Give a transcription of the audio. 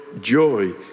joy